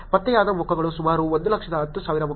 ಪತ್ತೆಯಾದ ಮುಖಗಳು ಸುಮಾರು 110000 ಮುಖಗಳು